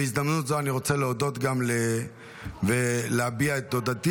בהזדמנות זו אני רוצה להודות ולהביע את תודתי